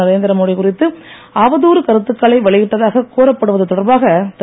நரேந்திரமோடி குறித்து அவதூறு கருத்துக்களை வெளியிட்டதாக கூறப்படுவது தொடர்பாக திரு